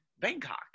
Bangkok